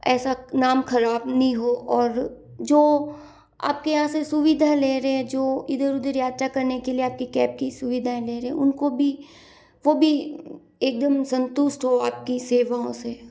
ऐसा नाम खराब नहीं हो और जो आपके यहाँ से सुविधा ले रहे हैं जो इधर उधर यात्रा करने के लिए आपकी कैब की सुविधा ले रहे हैं उनको भी वो भी एकदम संतुष्ट हो आपकी सेवाओं से